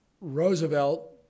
Roosevelt